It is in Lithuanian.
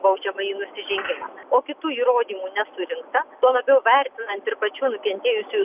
baudžiamąjį nusižengimą o kitų įrodymų nesurinkta tuo labiau vertinant ir pačių nukentėjusiųjų duotus